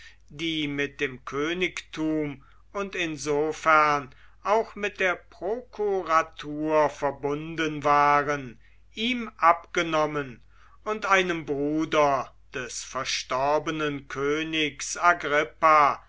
die mit dem königtum und insofern auch mit der prokuratur verbunden waren ihm abgenommen und einem bruder des verstorbenen königs